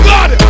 God